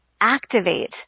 activate